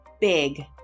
Big